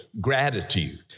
gratitude